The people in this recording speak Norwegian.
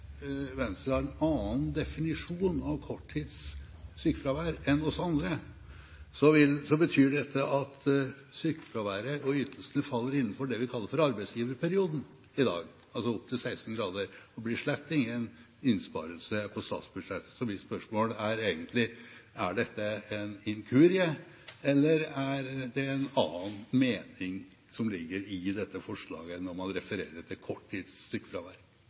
Venstre har en annen definisjon av «korttids sykefravær» enn oss andre, betyr dette at sykefraværet og ytelsene faller innenfor det vi kaller for arbeidsgiverperioden i dag – altså opp til 16 dager – og blir slett ingen innsparelse på statsbudsjettet. Så mitt spørsmål er egentlig: Er dette en inkurie, eller er det en annen mening som ligger i dette forslaget når man refererer til